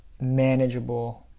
manageable